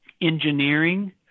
engineering